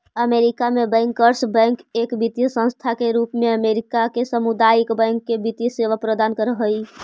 America में bankers bank एक वित्तीय संस्था के रूप में अमेरिका के सामुदायिक बैंक के वित्तीय सेवा प्रदान कर हइ